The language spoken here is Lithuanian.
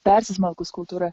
persismelkus kultūra